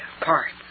parts